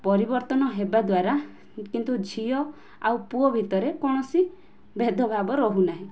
ପରିବର୍ତ୍ତନ ହେବା ଦ୍ୱାରା କିନ୍ତୁ ଝିଅ ଆଉ ପୁଅ ଭିତରେ କୌଣସି ଭେଦ ଭାବ ରହୁନାହିଁ